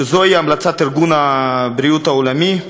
שזוהי המלצת ארגון הבריאות העולמי.